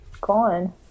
gone